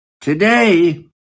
Today